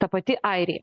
ta pati airija